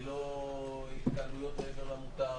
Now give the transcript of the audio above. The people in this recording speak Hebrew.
ללא התקהלויות מעבר למותר,